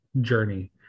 journey